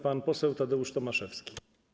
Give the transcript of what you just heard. Pan poseł Tadeusz Tomaszewski.